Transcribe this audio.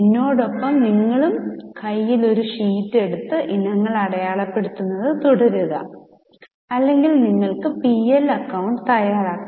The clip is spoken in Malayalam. എന്നോടൊപ്പം നിങ്ങളുടെ കയ്യിൽ ഒരു ഷീറ്റ് എടുത്ത് ഇനങ്ങൾ അടയാളപ്പെടുത്തുന്നത് തുടരുക അല്ലെങ്കിൽ നിങ്ങൾക്ക് P L അക്കൌണ്ട് തയ്യാറാക്കാം